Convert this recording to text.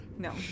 No